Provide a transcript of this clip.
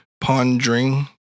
Pondering